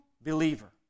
believer